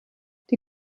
die